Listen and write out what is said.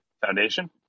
Foundation